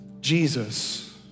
Jesus